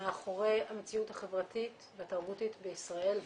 מאחורי המציאות החברתית והתרבותית בישראל.